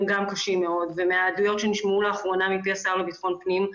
גם קשים מאוד ומהעדויות שנשמעו לאחרונה מפי השר לביטחון פנים.